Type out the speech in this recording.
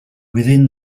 within